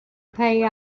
pay